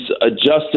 adjusted